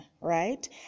right